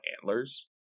Antlers